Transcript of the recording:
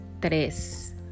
Tres